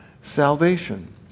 Salvation